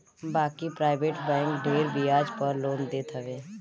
बाकी private bank ढेर बियाज पअ लोन देत हवे